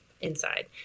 inside